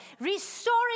restoring